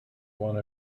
one